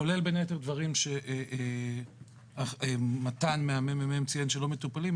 כולל בין היתר דברים שמתן מה-ממ"מ ציון שלא מטופלים,